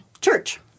church